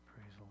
Praise